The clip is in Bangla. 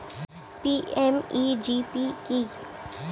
পি.এম.ই.জি.পি কি?